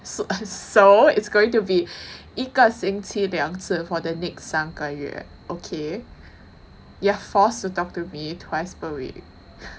so uh so it's going to be 一个星期两次 for the next 三个月 okay you are forced to talk to me twice per week